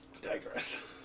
digress